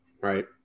Right